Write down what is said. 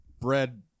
bread